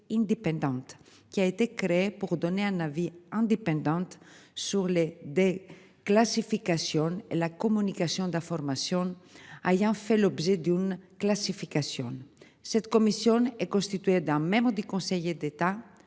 qui a été créé pour donner un avis indépendante sur les des classifications, la communication d'informations. Ayant fait l'objet d'une classification, cette commission est constituée d'un même des conseillers d'État